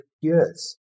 years